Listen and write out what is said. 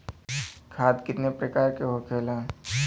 खाद कितने प्रकार के होखेला?